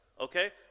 Okay